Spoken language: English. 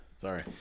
Sorry